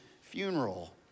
funeral